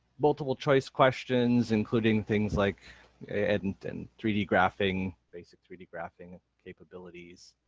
multiple choice questions including things like edit and three d graphing, basic three d graphing capabilities.